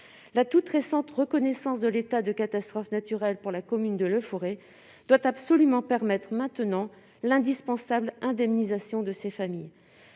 La toute récente reconnaissance de l'état de catastrophe naturelle pour la commune de Leforest doit maintenant permettre l'indispensable indemnisation de ces familles.